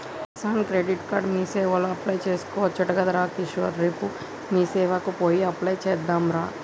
Kisan credit card మీసేవల apply చేసుకోవచ్చట గదరా కిషోర్ రేపు మీసేవకు పోయి అప్లై చెద్దాంరా